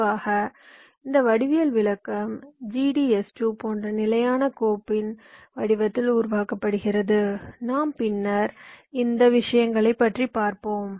பொதுவாக இந்த வடிவியல் விளக்கம் GDS2 போன்ற நிலையான கோப்பின் வடிவத்தில் உருவாக்கப்படுகிறது நாம் பின்னர் இந்த விஷயங்களைப் பற்றி பேசுவோம்